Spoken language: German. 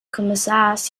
kommissars